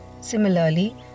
Similarly